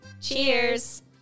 Cheers